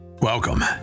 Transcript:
Welcome